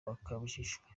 wakajijwe